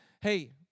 hey